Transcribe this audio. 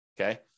Okay